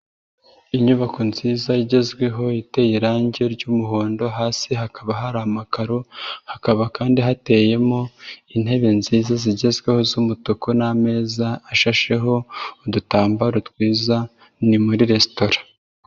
Inyubako nziza igezweho iteye irangi ry'umuhondo hasi hakaba hari amakaro, hakaba kandi hateyemo intebe nziza zigezweho z'umutuku n'ameza ashasheho udutambaro twiza, ni muri resitora.